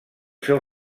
seu